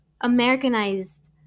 Americanized